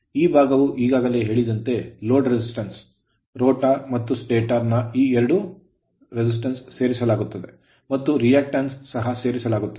ಈ ಭಾಗವು ಈಗಾಗಲೇ ಹೇಳಿದಂತೆ load resistance ಲೋಡ್ ಪ್ರತಿರೋಧವಾಗಿದೆ rotor ರೋಟರ್ ಮತ್ತು stator ಸ್ಟಾಟರ್ ನ ಈ ಎರಡು ಪ್ರತಿರೋಧಗಳನ್ನು ಸೇರಿಸಲಾಗುತ್ತದೆ ಮತ್ತು reactance ಪ್ರತಿಕ್ರಿಯೆಗಳನ್ನು ಸಹ ಸೇರಿಸಲಾಗುತ್ತದೆ